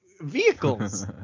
vehicles